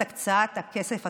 את הקצאת הכסף התוספתי.